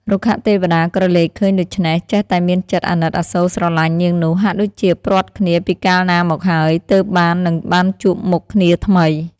រុក្ខទេវតាក្រឡេកឃើញដូច្នេះចេះតែមានចិត្ដអាណិតអាសូរស្រលាញ់នាងនោះ ហាក់ដូចជាព្រាត់គ្នាពីកាលណាមកហើយ ទើបបាននឹងបានជួបមុខគ្នាថ្មី។